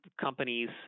companies